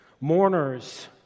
mourners